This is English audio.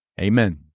Amen